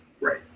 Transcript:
Right